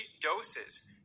doses